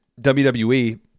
WWE